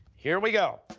here we go.